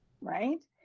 right